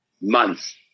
months